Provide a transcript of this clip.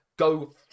Go